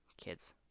kids